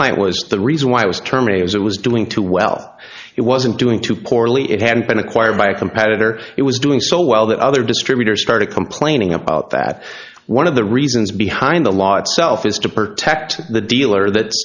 client was the reason why i was termes it was doing too well it wasn't doing too poorly it had been acquired by a competitor it was doing so well that other distributors started complaining about that one of the reasons behind the law itself is to protect the dealer that